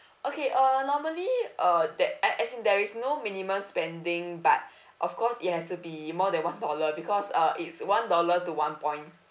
okay uh normally uh that ac~ actually there is no minimum spending but of course it has to be more than one dollar because uh it's one dollar to one point